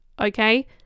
okay